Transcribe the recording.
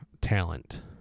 Talent